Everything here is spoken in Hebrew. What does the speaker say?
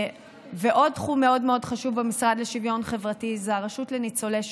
עוד תחום מאוד מאוד חשוב במשרד לשוויון חברתי הוא הרשות לניצולי שואה.